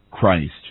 Christ